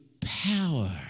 power